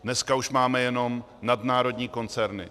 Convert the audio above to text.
Dneska už máme jenom nadnárodní koncerny.